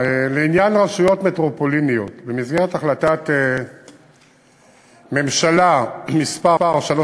אך להחלטת ממשלה זו